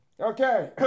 Okay